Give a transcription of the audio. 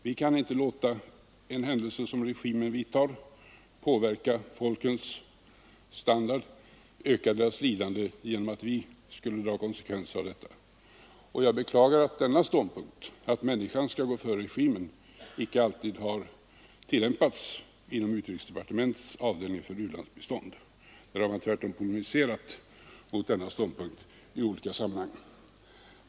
Vi kan inte låta en åtgärd som regimen vidtar påverka folkens standard, öka deras lidande, genom att vi skulle dra sådana negativa konsekvenser av detta. Jag beklagar att denna ståndpunkt — att människan skall gå före regimen — icke alltid har varit den som kommit till uttryck inom utrikesdepartementets avdelning för u-landsbistånd. Där har man tvärtom polemiserat mot denna ståndpunkt i olika sammanhang.